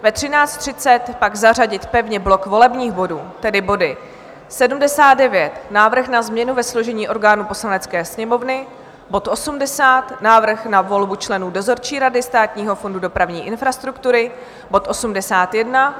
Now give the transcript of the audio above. Ve 13.30 pak zařadit pevně blok volebních bodů, tedy body 79 Návrh na změny ve složení orgánů Poslanecké sněmovny, bod 80 Návrh na volbu členů dozorčí rady Státního fondu dopravní infrastruktury, bod 81